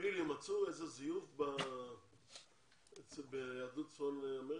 מצאו איזה זיוף ביהדות צפון אמריקה?